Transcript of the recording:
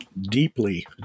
deeply